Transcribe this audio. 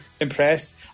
impressed